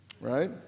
Right